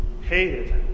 hated